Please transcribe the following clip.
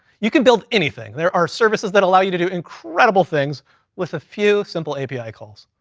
you can build anything. there are services that allow you to do incredible things with a few simple api calls.